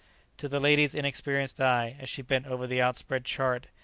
to the lady's inexperienced eye, as she bent over the outspread chart,